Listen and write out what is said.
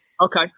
Okay